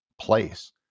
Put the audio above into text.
place